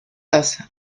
das